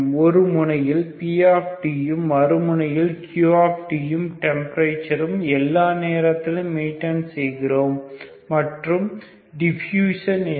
ஒரு முனையில் p யும் மறுமுனையில் q டெம்பரேச்சறும் எல்லா நேரத்திலும் மெயின்டைன் செய்கிறோம் மற்றும் டிஃப்யுஷன் என்ன